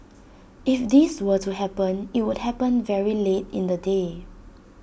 if this were to happen IT would happen very late in the day